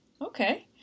Okay